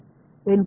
N points